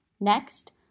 Next